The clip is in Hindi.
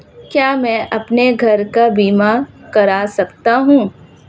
क्या मैं अपने घर का बीमा करा सकता हूँ?